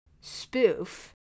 spoof